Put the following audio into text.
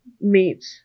meet